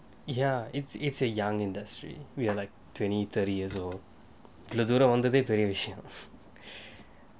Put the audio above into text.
ya it's it's a young industry we are like twenty thirty years old இவ்வளவு தூரம் வந்ததே ஒரு பெரிய விஷயம்:ivvalavu thooram vanthatae oru periya vishayam